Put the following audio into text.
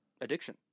addiction